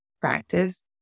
practice